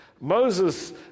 Moses